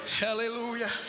Hallelujah